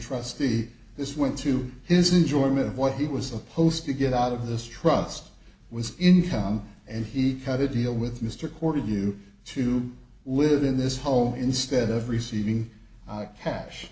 trustee this went to his enjoyment of what he was supposed to get out of this trust was income and he had to deal with mr courted you to live in this home instead of receiving cash